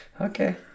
Okay